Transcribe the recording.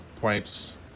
points